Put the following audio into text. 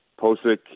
Posick